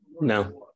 No